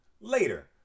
Later